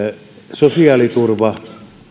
sosiaaliturva